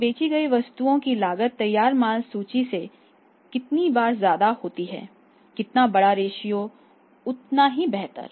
तो बेची गई वस्तुओं की लागत तैयार माल सूची से कितनी बार ज्यादा होती है जितना बड़ा रेशियो उतना ही बेहतर